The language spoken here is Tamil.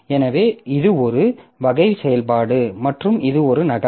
எனவே இது ஒரு வகை செயல்பாடு மற்றும் இது ஒரு நகல்